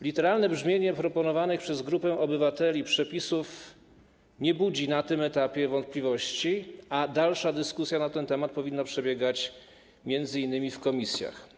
Literalne brzmienie proponowanych przez grupę obywateli przepisów nie budzi na tym etapie wątpliwości, a dalsza dyskusja na ten temat powinna przebiegać m.in. w komisjach.